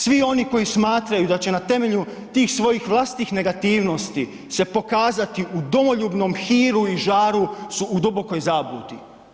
Svi oni koji smatraju da će na temelju tih svojih vlastitih negativnosti se pokazati u domoljubnom hiru i žaru su u dubokoj zabludi.